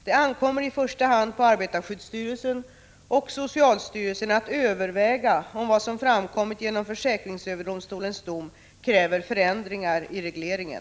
Det ankommer i första hand på arbetarskyddsstyrelsen och socialstyrelsen att överväga om vad som framkommit genom försäkringsöverdomstolens dom kräver förändringar i regleringen.